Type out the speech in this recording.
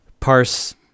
parse